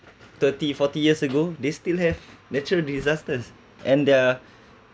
thirty forty years ago they still have natural disasters and there are